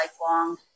lifelong